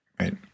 right